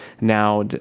now